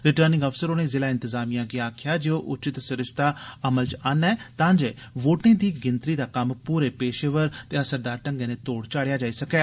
returning अफसर होरें जिला इंतजामिया गी आखेआ जे ओह् उचित सरिस्ता अमल च आहन्नै तांजे वोर्टे दी गिनतरी दा कम्म पूरे पेशेवर ते असरदार तरीके कन्नै तोढ़ चाढ़ेया जाई सकै